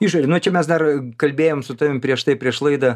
išorė nu čia mes dar kalbėjom su tavim prieš tai prieš laidą